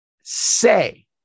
say